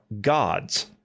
gods